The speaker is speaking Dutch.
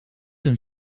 een